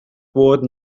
bod